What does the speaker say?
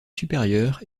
supérieur